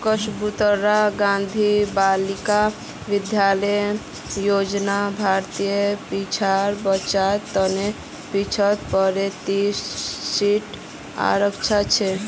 कस्तूरबा गांधी बालिका विद्यालय योजनार भीतरी पिछड़ा बच्चार तने पिछत्तर प्रतिशत सीट आरक्षित छे